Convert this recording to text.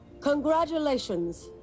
Congratulations